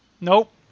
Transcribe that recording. Nope